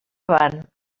avant